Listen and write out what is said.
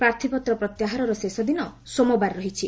ପ୍ରାର୍ଥୀପତ୍ର ପ୍ରତ୍ୟାହାରର ଶେଷ ଦିନ ସୋମବାର ରହିଛି